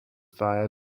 via